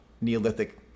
Neolithic